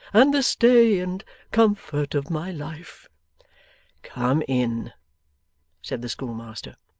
and the stay and comfort of my life come in said the schoolmaster.